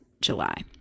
July